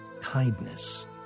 kindness